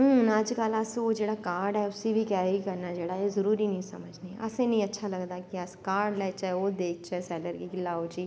but हून अज कल ओह् जेह्ड़ा कार्ड़ ऐ उसी बी कैरी करना जरूरी नी समझने असें नी अच्चा लगदा कि अस कार्ड़ लैच्चै ते ओह् देच्चै सैल्लर गी कि लैओ जी